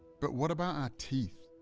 but what about our teeth?